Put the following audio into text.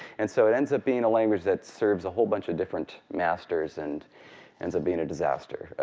and so it ends up being a language that serves a whole bunch of different masters and ends up being a disaster,